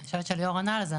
אני חושבת שליאור ענה על זה,